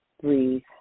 breathe